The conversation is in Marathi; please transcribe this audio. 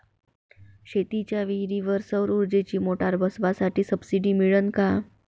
शेतीच्या विहीरीवर सौर ऊर्जेची मोटार बसवासाठी सबसीडी मिळन का?